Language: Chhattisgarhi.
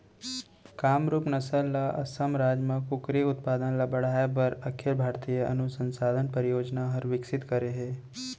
कामरूप नसल ल असम राज म कुकरी उत्पादन ल बढ़ाए बर अखिल भारतीय अनुसंधान परियोजना हर विकसित करे हे